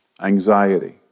anxiety